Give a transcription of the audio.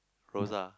Rosa